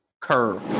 curve